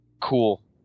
Cool